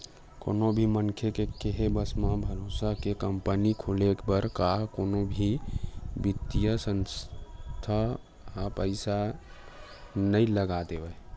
कोनो भी मनखे के केहे बस म, भरोसा करके कंपनी खोले बर का कोनो भी बित्तीय संस्था ह पइसा नइ लगा देवय